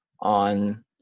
on